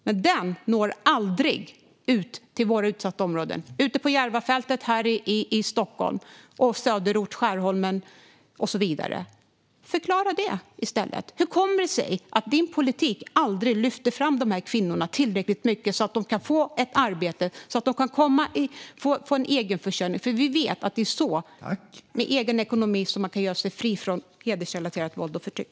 Men den når aldrig ut till våra utsatta områden - Järvafältet, Skärholmen och så vidare. Förklara det i stället! Hur kommer det sig att din politik aldrig lyfter fram de här kvinnorna tillräckligt mycket så att de kan få ett arbete och en egen försörjning? Vi vet att det är så, med egen ekonomi, som man kan göra sig fri från hedersrelaterat våld och förtryck.